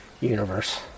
universe